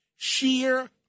Sheer